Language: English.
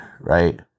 right